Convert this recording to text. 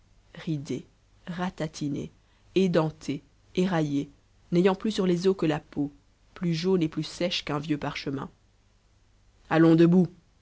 ridée ratatinée édentée éraillée n'ayant plus sur les os que la peau plus jaune et plus sèche qu'un vieux parchemin allons debout